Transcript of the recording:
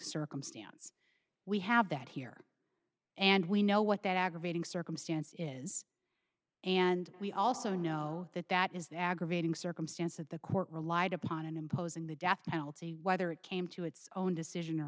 circumstance we have that here and we know what that aggravating circumstance is and we also know that that is the aggravating circumstance that the court relied upon in imposing the death penalty whether it came to its own decision or